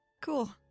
cool